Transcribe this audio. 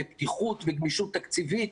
פתיחות וגמישות תקציבית.